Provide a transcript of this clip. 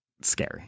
scary